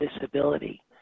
disability